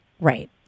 Right